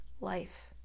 life